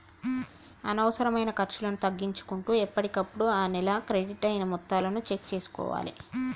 అనవసరమైన ఖర్చులను తగ్గించుకుంటూ ఎప్పటికప్పుడు ఆ నెల క్రెడిట్ అయిన మొత్తాలను చెక్ చేసుకోవాలే